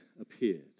appeared